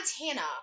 Montana